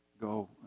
go